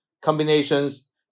combinations